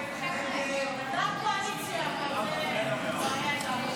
להעביר לוועדה את הצעת חוק הביטוח הלאומי (תיקון,